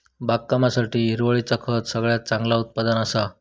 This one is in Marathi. बागकामासाठी हिरवळीचा खत सगळ्यात चांगला उत्पादन असा